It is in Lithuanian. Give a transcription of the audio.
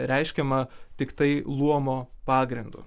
reiškiama tiktai luomo pagrindu